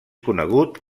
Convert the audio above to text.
conegut